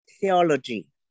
theology